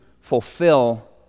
fulfill